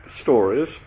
stories